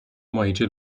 ماهیچه